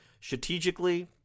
Strategically